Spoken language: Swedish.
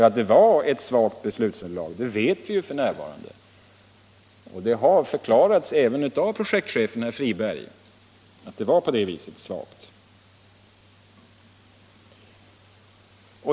Att det var ett svagt beslutsunderlag vet vi ju f.n., och det har förklarats även av projektchefen herr Friberg att det var svagt.